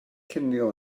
cinio